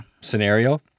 scenario